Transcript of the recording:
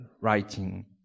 writing